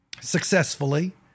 Successfully